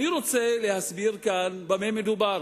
אני רוצה להסביר כאן במה מדובר.